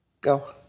Go